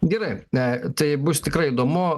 gerai na tai bus tikrai įdomu